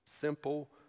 simple